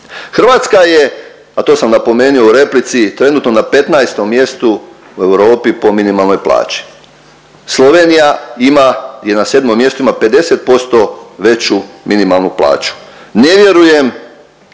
Hrvatska je, a to sam napomenuo u replici trenutno na 15. mjestu u Europi po minimalnoj plaći. Slovenija ima je na 7. mjestu ima 50% veću minimalnu plaću. Ne vjerujem